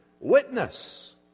witness